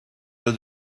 will